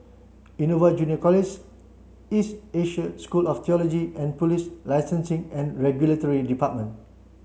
Innova Junior College East Asia School of Theology and Police Licensing and Regulatory Department